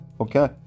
Okay